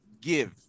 give